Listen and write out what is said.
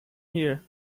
here